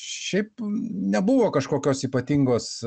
šiaip nebuvo kažkokios ypatingos